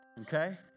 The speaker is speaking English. okay